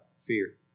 fear